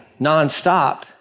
nonstop